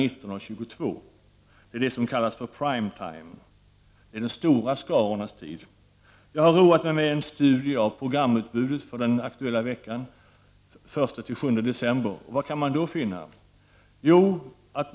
19-22, det som kallas för prime time. Det är de stora skarornas tid. Jag har roat mig med en studie av programutbudet för den nu aktuella veckan den 1—7 december. Vad kan man då finna? Jo, följande.